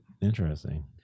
Interesting